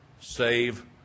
save